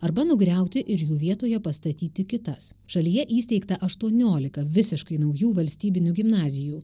arba nugriauti ir jų vietoje pastatyti kitas šalyje įsteigta aštuoniolika visiškai naujų valstybinių gimnazijų